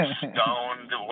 stoned